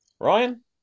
Ryan